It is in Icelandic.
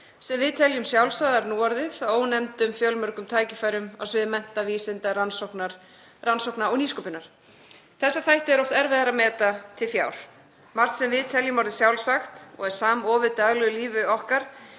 sem við teljum sjálfsagðar núorðið, að ónefndum fjölmörgum tækifærum á sviði mennta, vísinda, rannsókna og nýsköpunar. Þessa þætti er oft erfiðara að meta til fjár. Margt sem við teljum orðið sjálfsagt og er samofið daglegu lífi okkar